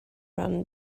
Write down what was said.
ran